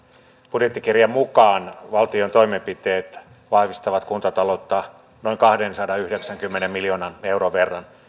budjettikirjan mukaan valtion toimenpiteet vahvistavat kuntataloutta noin kahdensadanyhdeksänkymmenen miljoonan euron verran